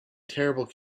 terrible